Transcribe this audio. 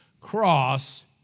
cross